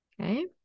Okay